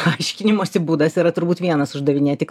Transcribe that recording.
aiškinimosi būdas yra turbūt vienas uždavinėti